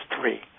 three